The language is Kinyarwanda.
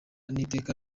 n’iteka